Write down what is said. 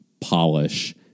polish